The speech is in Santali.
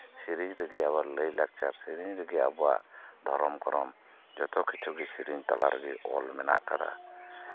ᱥᱮᱹᱨᱮᱹᱧ ᱨᱮᱜᱮ ᱟᱵᱚᱣᱟᱜ ᱞᱟᱹᱭᱼᱞᱟᱠᱪᱟᱨ ᱥᱮᱹᱨᱮᱹᱧ ᱨᱮᱜᱮ ᱟᱵᱚᱣᱟᱜ ᱫᱷᱚᱨᱚᱢ ᱠᱚᱨᱚᱢ ᱡᱚᱛᱚᱜᱮ ᱥᱮᱹᱨᱮᱹᱧ ᱛᱟᱞᱟ ᱨᱮᱜᱮ ᱚᱞ ᱢᱮᱱᱟᱜᱼᱟ